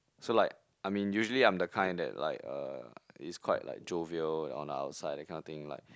so like I mean usually I'm the kind that like uh is quite like jovial on outside that kind of thing like